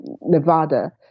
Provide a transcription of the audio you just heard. Nevada